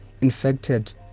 infected